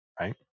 Right